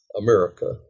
America